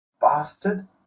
bastard